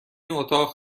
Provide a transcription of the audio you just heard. اتاق